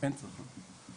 לא משפיע על אספקת החשמל.